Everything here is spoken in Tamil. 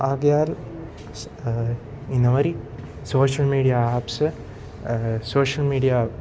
ஆகையால் இந்த மாதிரி சோஷியல் மீடியா ஆப்ஸில் சோஷியல் மீடியா